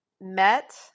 met